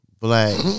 black